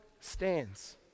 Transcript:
stands